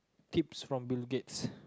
keeps from Bill-Gates